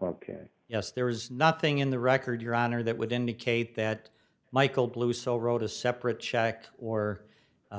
well yes there is nothing in the record your honor that would indicate that michael blue so wrote a separate checked or